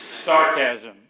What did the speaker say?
Sarcasm